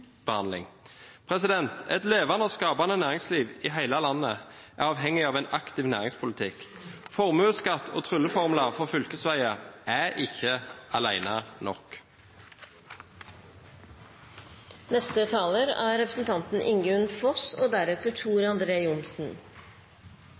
Et levende og skapende næringsliv i hele landet er avhengig av en aktiv næringspolitikk. Formuesskatt og trylleformler for fylkesveier er ikke alene nok. Høyre–Fremskrittsparti-regjeringen baserer sin politikk på tillit til enkeltmennesket, familiene, gründere og